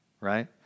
right